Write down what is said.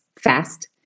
fast